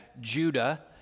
Judah